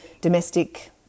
domestic